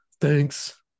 Thanks